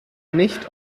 nicht